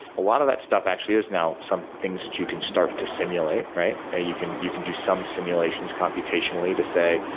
a lot of that stuff actually is now some things that you can start to simulate. ah you can you can do some simulations computationally to say,